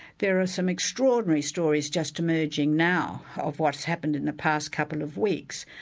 there are some extraordinary stories just emerging now of what's happened in the past couple of weeks,